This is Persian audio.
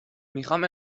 میخام